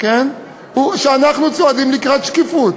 הוא שאנחנו צועדים לקראת שקיפות.